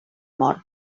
mort